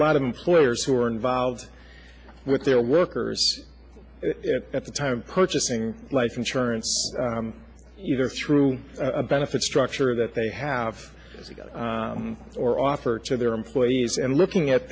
a lot of employers who are involved with their workers at the time purchasing life insurance either through a benefit structure that they have or offer to their employees and looking at